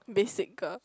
basic girl